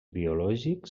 biològics